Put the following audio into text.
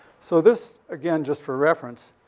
so this, again, just for reference,